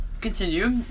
Continue